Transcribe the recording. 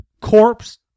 Corpse